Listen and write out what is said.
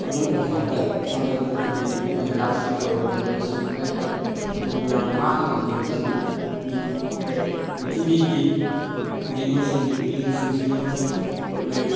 ꯑꯉꯝꯕ ꯊꯥꯛꯇ ꯊꯥꯡꯒꯠꯅꯕ ꯍꯣꯠꯅꯩ ꯃꯈꯣꯏꯒꯤ ꯂꯥꯏꯐ ꯏꯁꯇ꯭ꯔꯤꯝ ꯇꯧꯔ ꯒꯦꯝ ꯑꯁꯤ ꯐꯩ ꯑꯗꯨꯕꯨ ꯌꯥꯝ ꯉꯥꯡꯂꯒ ꯒꯦꯝ ꯑꯁꯤꯕꯨ ꯄ꯭ꯔꯤꯊꯤꯕꯤꯒꯤ ꯒꯦꯝꯃꯔꯁꯤꯡꯒꯤ ꯄꯨꯛꯅꯤꯡ ꯆꯤꯡꯁꯤꯟꯅꯕꯁꯨ ꯍꯣꯠꯅꯩ